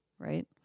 Right